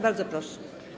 Bardzo proszę.